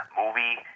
movie